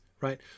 right